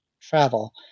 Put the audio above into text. travel